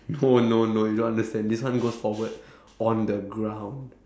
oh no no you don't understand this one goes forward on the ground